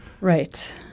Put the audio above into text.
Right